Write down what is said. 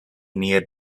near